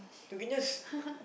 you can just